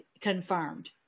confirmed